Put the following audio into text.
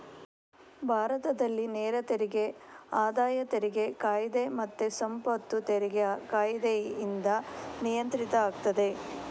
ಭಾರತದಲ್ಲಿ ನೇರ ತೆರಿಗೆ ಆದಾಯ ತೆರಿಗೆ ಕಾಯಿದೆ ಮತ್ತೆ ಸಂಪತ್ತು ತೆರಿಗೆ ಕಾಯಿದೆಯಿಂದ ನಿಯಂತ್ರಿತ ಆಗ್ತದೆ